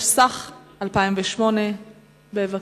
התשס"ח 2008. בבקשה.